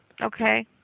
Okay